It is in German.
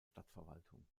stadtverwaltung